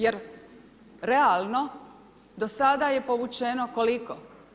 Jer realno do sada je povućeno, koliko?